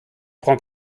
prend